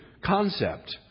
concept